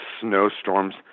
snowstorms